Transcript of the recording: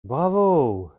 bravo